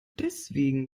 deswegen